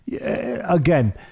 again